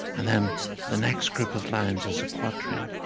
and then the next group of lines is a quatrain.